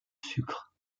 sucre